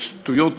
ו"שטויות",